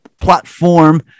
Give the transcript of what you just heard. platform